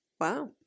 Wow